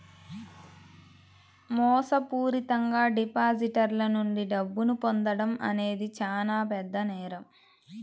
మోసపూరితంగా డిపాజిటర్ల నుండి డబ్బును పొందడం అనేది చానా పెద్ద నేరం